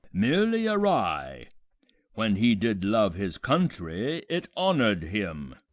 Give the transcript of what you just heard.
merely awry when he did love his country, it honour'd him.